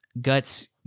Guts